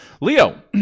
Leo